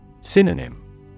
Synonym